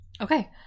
Okay